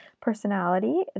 personality